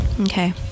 Okay